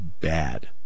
bad